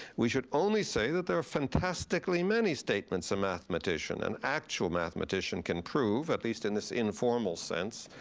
we should only say that there are fantastically many statements a mathematician, an actual mathematician can prove, at least in this informal sense,